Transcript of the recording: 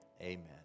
Amen